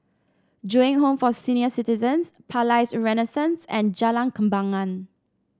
Ju Eng Home for Senior Citizens Palais Renaissance and Jalan Kembangan